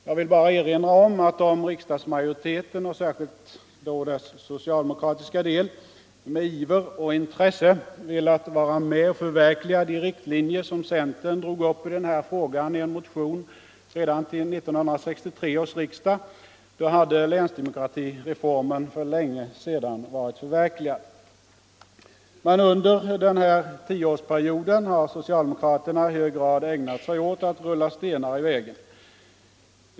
Jag vill bara framhålla att om riksdagsmajoriteten, och särskilt då dess socialdemokratiska del, med iver och intresse velat vara med och förverkliga de riktlinjer som centern drog upp i frågan i en motion redan till 1963 års riksdag, så hade länsdemokratireformen för länge sedan varit förverkligad. Men under den här tioårsperioden har socialdemokraterna i hög grad ägnat sig åt att rulla stenar i vägen.